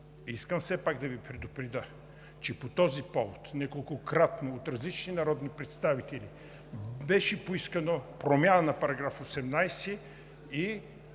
Искам все пак да Ви предупредя, че по този повод неколкократно от различни народни представители беше искана промяна на § 18 и